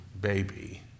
baby